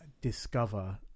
discover